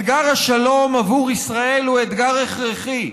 אתגר השלום עבור ישראל הוא אתגר הכרחי.